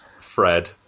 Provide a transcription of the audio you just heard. Fred